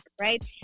right